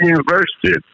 University